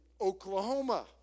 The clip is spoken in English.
Oklahoma